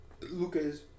Lucas